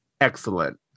excellent